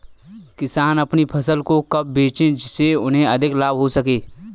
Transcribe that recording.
किसान अपनी फसल को कब बेचे जिसे उन्हें अधिक लाभ हो सके?